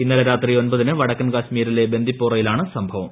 ഇന്നലെ രാത്രി ഒമ്പതിന് വടക്കൻ കശ്മീരിലെ ബന്ദിപ്പോറയിലാണ് സംഭവം